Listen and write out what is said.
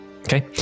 Okay